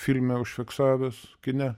filme užfiksavęs kine